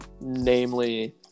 Namely